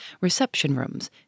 reception-rooms